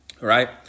right